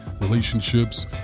relationships